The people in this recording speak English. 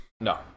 No